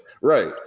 Right